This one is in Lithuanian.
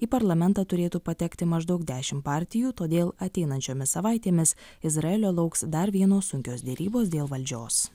į parlamentą turėtų patekti maždaug dešimt partijų todėl ateinančiomis savaitėmis izraelio lauks dar vienos sunkios derybos dėl valdžios